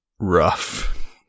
rough